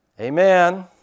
Amen